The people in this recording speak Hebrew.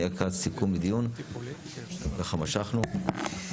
אנחנו משכנו,